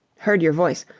heard your voice.